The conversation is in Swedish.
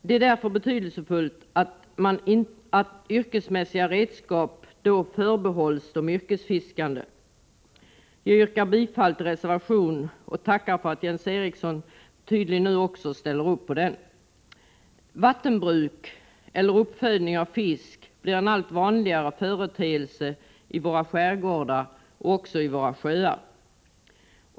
Det är därför betydelsefullt att yrkesmässiga redskap förbehålls de yrkesfiskande. Jag yrkar bifall till reservation 2 och tackar för att Jens Eriksson nu tydligen ställer sig bakom den. Vattenbruk, dvs. uppfödning av fisk, blir en allt vanligare företeelse i våra skärgårdar och också i våra sjöar.